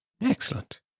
Excellent